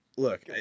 Look